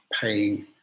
paying